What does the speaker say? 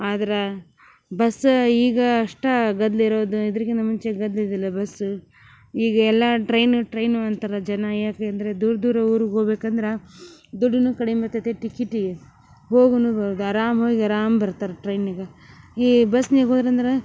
ಆದ್ರ ಬಸ್ಸ ಈಗ ಅಷ್ಟು ಗದ್ಲ ಇರೋದು ಇದ್ರಕಿಂತ ಮುಂಚೆ ಗದ್ಲ ಇದ್ದಿಲ್ಲ ಬಸ್ಸು ಈಗ ಎಲ್ಲಾ ಟ್ರೈನು ಟ್ರೈನು ಅಂತಾರೆ ಜನ ಯಾಕೆಂದರೆ ದೂರ ದೂರ ಊರ್ಗ ಹೋಗ್ಬೇಕಂದ್ರ ದುಡ್ಡುನು ಕಡಿಮೆ ಇರ್ತತಿ ಟಿಕಿಟಿ ಹೋಗುನು ಬರುದು ಅರಾಮು ಹೋಗಿ ಆರಾಮು ಬರ್ತಾರೆ ಟ್ರೈನಿಗೆ ಈ ಬಸ್ನ್ಯಾಗ ಹೋದ್ರಂದ್ರೆ